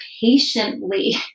patiently